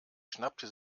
schnappte